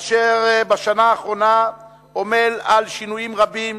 אשר בשנה האחרונה עמל על שינויים רבים